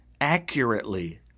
accurately